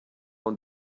own